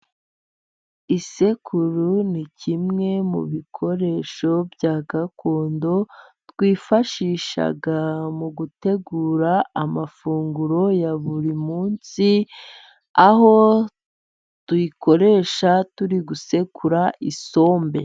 Isekuru ni kimwe mu bikoresho bya gakondo, twifashisha mu gutegura amafunguro ya buri munsi, aho tuyikoresha turi gusekura isombe.